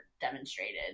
demonstrated